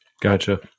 Gotcha